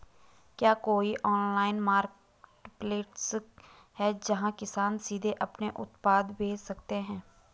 क्या कोई online marketplace है, जहां किसान सीधे अपने उत्पाद बेच सकते हैं?